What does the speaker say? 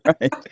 Right